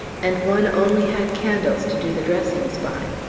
and one only had candles to do the dressings by.